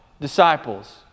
Disciples